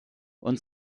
und